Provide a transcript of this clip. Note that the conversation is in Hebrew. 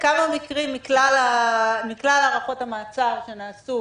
כמה מקרים מכלל הארכות המעצר שנעשו